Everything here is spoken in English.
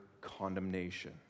condemnation